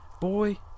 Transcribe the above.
Boy